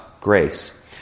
grace